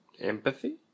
Empathy